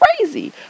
crazy